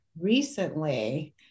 recently